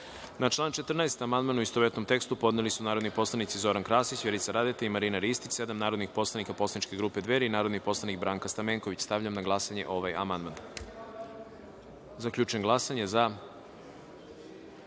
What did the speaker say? član 20. amandman, u istovetnom tekstu, podneli su narodni poslanici Zoran Krasić, Vjerica Radeta i Miljan Damjanović, sedam narodnih poslanika poslaničke grupe Dveri i narodni poslanik Branka Stamenković. Stavljam na glasanje ovaj